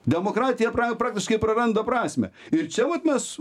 demokratija pra praktiškai praranda prasmę ir čia vat mes